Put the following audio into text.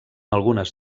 algunes